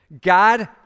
God